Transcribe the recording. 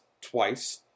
twice